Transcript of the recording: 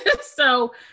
So-